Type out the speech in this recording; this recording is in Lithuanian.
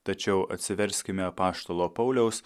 tačiau atsiverskime apaštalo pauliaus